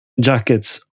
jackets